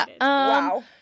Wow